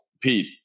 Pete